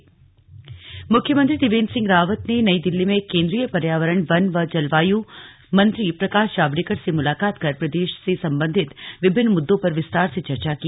CM और जावडेकर मुख्यमंत्री त्रिवेन्द्र सिंह रावत ने नई दिल्ली में केंद्रीय पर्यावरण वन व जलवाय मंत्री प्रकाश जावडेकर से मुलाकात कर प्रदेश से संबंधित विभिन्न मुद्दों पर विस्तार से चर्चा की